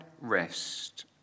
rest